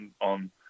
on